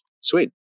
Sweet